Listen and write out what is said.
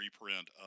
reprint